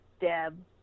Deb